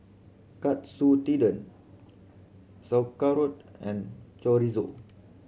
Katsu Tendon Sauerkraut and Chorizo